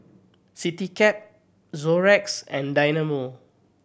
Citycab Xorex and Dynamo